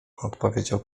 odpowiedział